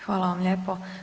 Hvala vam lijepo.